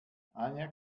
anja